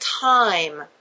time